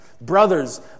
Brothers